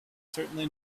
certainly